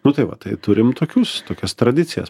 nu tai va tai turim tokius tokias tradicijas